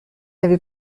avait